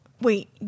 wait